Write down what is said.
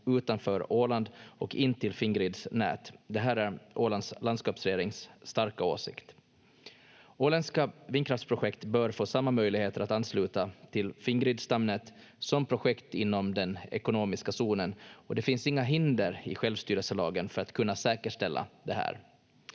utanför Åland och in till Fingrids nät. Det här är Ålands landskapsregerings starka åsikt. Åländska vindkraftsprojekt bör få samma möjligheter att ansluta till Fingrids stamnät som projekt inom den ekonomiska zonen, och det finns inga hinder i självstyrelselagen för att kunna säkerställa det här.